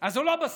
אז הוא לא בשמאל.